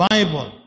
Bible